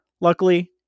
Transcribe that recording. Luckily